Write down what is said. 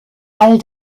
all